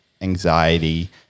anxiety